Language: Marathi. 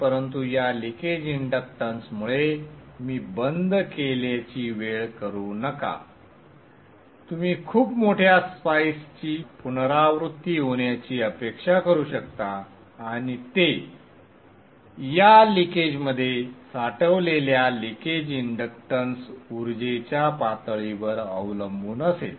परंतु या लिकेज इंडक्टन्समुळे मी बंद केल्याची वेळ करू नका तुम्ही खूप मोठ्या स्पाइक्सची पुनरावृत्ती होण्याची अपेक्षा करू शकता आणि ते संदर्भ वेळ 1746 या लीकेजमध्ये साठवलेल्या लीकेज इंडक्टन्स उर्जेच्या पातळीवर अवलंबून असेल